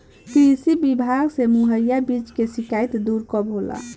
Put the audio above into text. कृषि विभाग से मुहैया बीज के शिकायत दुर कब होला?